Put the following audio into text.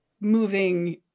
moving